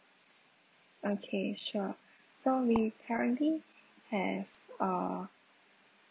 okay sure so we currently have uh